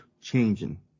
changing